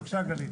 בבקשה, גלית.